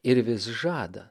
ir vis žada